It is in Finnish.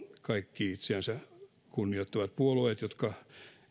kaikki itseänsä kunnioittavat puolueet jotka